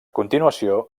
continuació